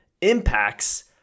impacts